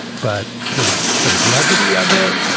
but the the brevity of it,